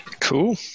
Cool